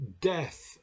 death